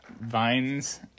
vines